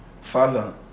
Father